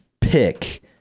pick